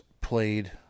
played